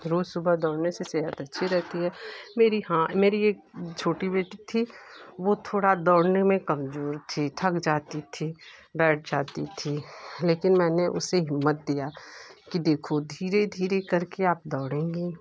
रोज़ सुबह दोड़ने से सेहत अच्छी रहती है मेरी हाँ मेरी एक छोटी बेटी थी वो थोड़ा दौड़ने में कमज़ोर थी थक जाती थी बैठ जाती थी लेकिन मैंने उसे हिम्मत दिया कि देखो धीरे धीरे करके आप दौड़ेंगे